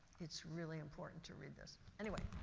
it's really important to read this. anyway,